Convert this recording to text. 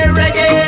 reggae